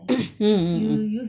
mm mm